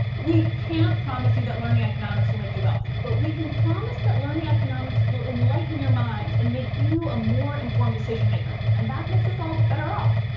we can't promise you that learning economics will make you wealthy, but we can promise that learning economics will enlighten your mind and make you a more informed decision maker. and that makes us all better off.